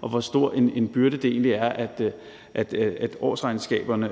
og hvor stor en byrde det er, at årsregnskaberne